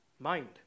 Mind